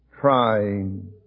trying